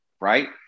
right